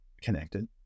connected